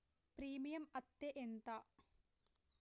Premium అత్తే ఎంత?